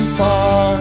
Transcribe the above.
far